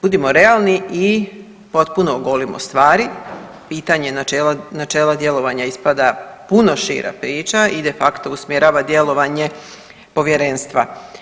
Budimo realni i potpuno ogolimo stvari, pitanje načela djelovanja ispada puno šira priča i de facto usmjerava djelovanje povjerenstva.